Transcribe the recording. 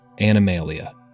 Animalia